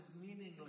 meaningless